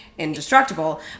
Indestructible